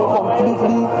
completely